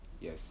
yes